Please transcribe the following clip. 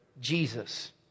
Jesus